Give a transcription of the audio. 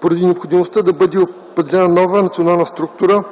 поради необходимостта да бъде определена нова национална структура,